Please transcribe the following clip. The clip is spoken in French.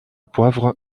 poivre